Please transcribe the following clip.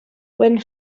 when